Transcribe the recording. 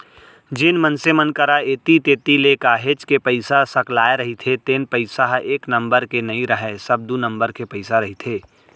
जेन मनसे मन करा ऐती तेती ले काहेच के पइसा सकलाय रहिथे तेन पइसा ह एक नंबर के नइ राहय सब दू नंबर के पइसा रहिथे